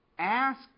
Ask